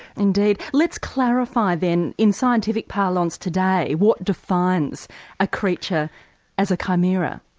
indeed. let's clarify then, in scientific parlance today, what defines a creature as a chimera.